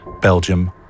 Belgium